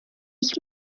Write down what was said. ich